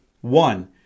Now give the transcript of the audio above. One